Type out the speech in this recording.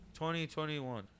2021